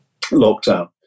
lockdown